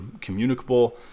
communicable